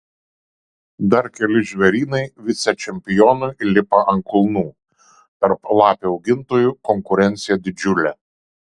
dar keli žvėrynai vicečempionui lipa ant kulnų tarp lapių augintojų konkurencija didžiulė